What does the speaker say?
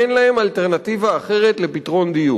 אין להם אלטרנטיבה אחרת לפתרון דיור.